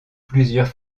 plusieurs